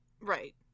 Right